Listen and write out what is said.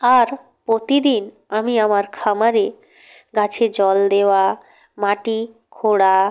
আর প্রতিদিন আমি আমার খামারে গাছে জল দেওয়া মাটি খোঁড়া